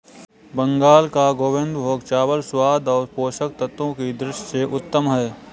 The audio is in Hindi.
बंगाल का गोविंदभोग चावल स्वाद और पोषक तत्वों की दृष्टि से उत्तम है